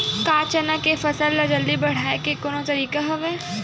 का चना के फसल ल जल्दी बढ़ाये के कोनो तरीका हवय?